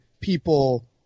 people